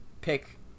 pick